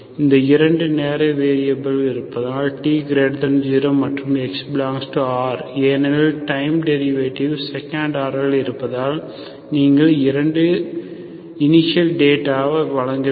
இது இரண்டு நேர வேரியபில் இருப்பதால் t0 மற்றும் x∈R ஏனெனில் டைம் டெரிவேடிவ் செகண்ட் ஆர்டரில் இருப்பதால் நீங்கள் இரண்டு இனிஷியல் டேட்டா வழங்க வேண்டும்